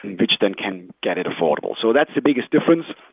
which then can get it affordable. so that's the biggest difference.